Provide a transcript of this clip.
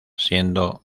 siendo